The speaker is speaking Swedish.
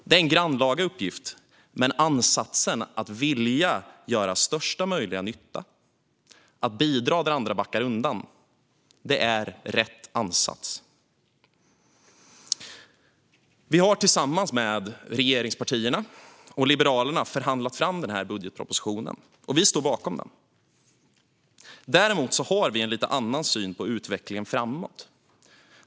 Det är en grannlaga uppgift, men ansatsen att vilja göra största möjliga nytta och att bidra där andra backar undan är rätt ansats. Vi har tillsammans med regeringspartierna och Liberalerna förhandlat fram denna budgetproposition, och vi står bakom den. Däremot har vi en lite annan syn på utvecklingen framåt.